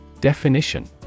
Definition